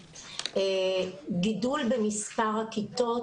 גידול במספר הכיתות.